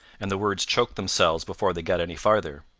and the words choked themselves before they got any farther.